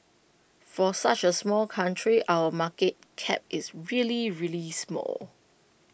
for such A small country our market cap is really really small